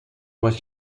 was